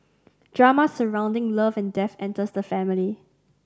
drama surrounding love and death enters the family